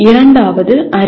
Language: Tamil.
இரண்டாவது அறிவு